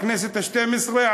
בכנסת השתים-עשרה,